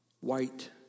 white